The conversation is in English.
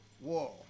whoa